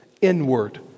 inward